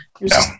No